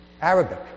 Arabic